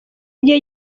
gihe